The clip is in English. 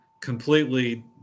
completely